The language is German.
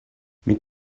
mit